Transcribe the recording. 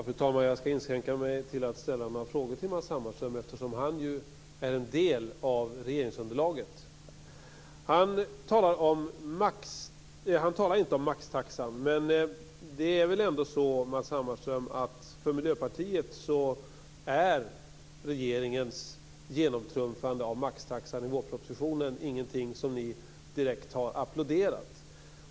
Fru talman! Jag skall inskränka mig till att ställa några frågor till Matz Hammarström, eftersom han är en del av regeringsunderlaget. Matz Hammarström talar inte om maxtaxan, men regeringens genomtrumfande av maxtaxan i vårpropositionen är väl ingenting som Miljöpartiet direkt har applåderat.